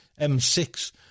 M6